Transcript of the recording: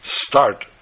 start